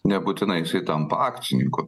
nebūtinai jisai tampa akcininku